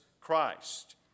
Christ